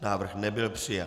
Návrh nebyl přijat.